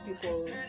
people